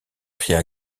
cria